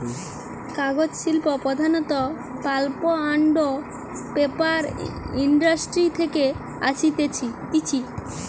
কাগজ শিল্প প্রধানত পাল্প আন্ড পেপার ইন্ডাস্ট্রি থেকে আসতিছে